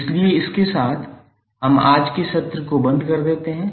इसलिए इसके साथ हम आज के सत्र को बंद कर देते हैं